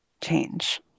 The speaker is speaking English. change